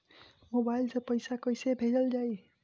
Mobile से पैसा कैसे भेजल जाइ?